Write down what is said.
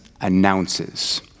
announces